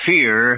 Fear